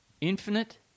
Infinite